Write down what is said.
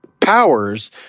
powers